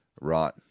Right